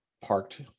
parked